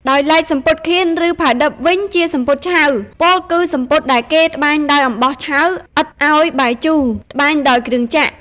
ដោយឡែកសំពត់ «ខៀន» ឬ «ផាឌិប» វិញជាសំពត់ឆៅ ពោលគឺសំពត់ដែលគេត្បាញដោយអំបោះឆៅ ឥតឱ្យបាយជូរ (ត្បាញដោយគ្រឿងចក្រ) ។